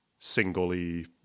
singly